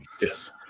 Yes